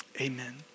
Amen